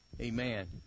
Amen